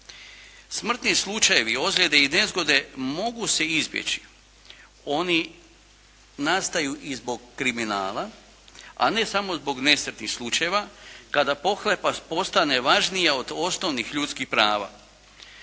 Smrtni slučajevi, ozljede i nezgode mogu se izbjeći, oni nastaju i zbog kriminala, a ne samo zbog nesretnih slučajeva kada pohlepa postane važnija od osnovnih ljudskih prava.